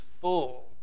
full